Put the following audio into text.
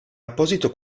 apposito